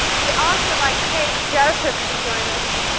we also would like kate joseph to join us.